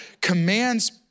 commands